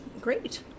great